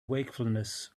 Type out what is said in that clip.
wakefulness